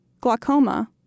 glaucoma